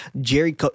Jerry